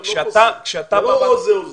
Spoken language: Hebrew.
זה לא או זה או זה.